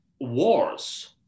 wars